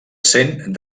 sent